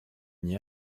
n’y